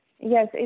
yes